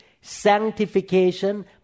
sanctification